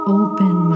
open